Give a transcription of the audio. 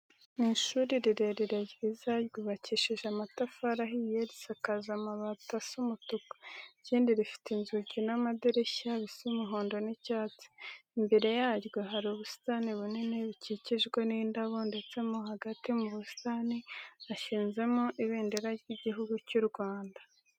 Ni ishuri rirerire ryiza ryubakishije amatafari ahiye, risakaje amabati asa umutuku. Ikindi rifite inzugi n'amadirishya bisa umuhondo n'icyatsi. Imbere yaryo hari ubusitani bunini bukikijwe n'indabo ndeste mo hagati mu busitani hashinzemo Ibendera ry'Igihugu cy'u Rwanda.